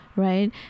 Right